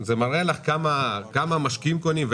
זה מראה לך כמה המשקיעים קונים,